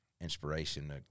inspiration